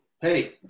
hey